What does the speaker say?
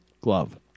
glove